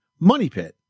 MONEYPIT